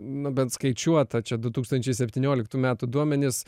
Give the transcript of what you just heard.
nu bent skaičiuota čia du tūkstančiai septynioliktų metų duomenys